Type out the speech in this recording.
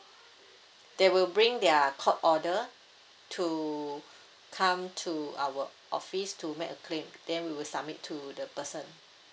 they will bring their court order to come to our office to make a claim then we will submit to the person